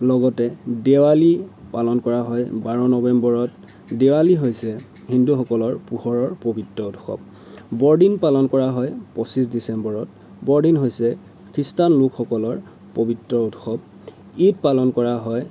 লগতে দেৱালী পালন কৰা হয় বাৰ নৱেম্বৰত দেৱালী হৈছে হিন্দুসকলৰ পোহৰৰ পৱিত্ৰ উৎসৱ বৰদিন পালন কৰা হয় পঁচিছ ডিচেম্বৰত বৰদিন হৈছে খ্ৰীষ্টানসকলৰ পৱিত্ৰ উৎসৱ ঈদ পালন কৰা হয়